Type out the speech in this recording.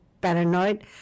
paranoid